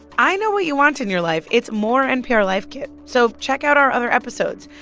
i know what you want in your life, it's more npr life kit. so check out our other episodes.